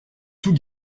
tout